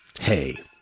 hey